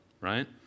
right